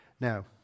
Now